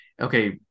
okay